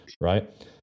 right